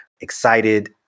excited